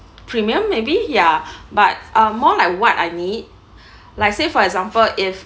premium maybe ya but are more like what I need like say for example if